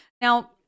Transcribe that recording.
now